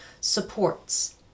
supports